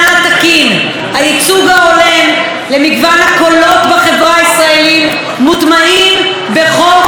הייצוג ההולם למגוון הקולות בחברה הישראלית מוטמעים בחוק הקולנוע.